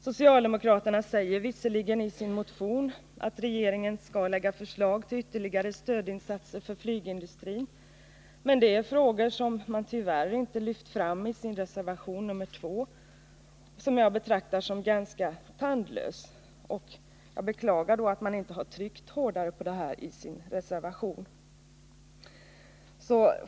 Socialdemokraterna säger visserligen i sin motion att regeringen skall lägga fram förslag till ytterligare stödinsatser för flygindustrin, men det är frågor som man tyvärr inte har lyft fram i sin reservation nr 2, vilken jag betraktar som ganska tandlös. Jag beklagar att man inte har tryckt hårdare på dessa saker.